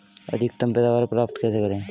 अधिकतम पैदावार प्राप्त कैसे करें?